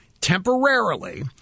temporarily